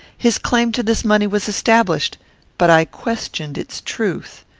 his claim to this money was established but i questioned its truth.